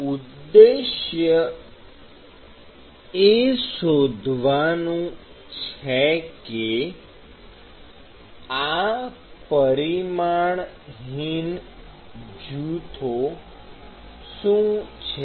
ઉદ્દેશ્ય એ શોધવાનું છે કે આ પરિમાણહીન જૂથો શું છે